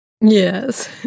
Yes